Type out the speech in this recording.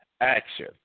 action